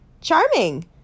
charming